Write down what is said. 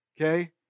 okay